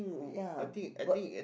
ya but